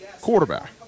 quarterback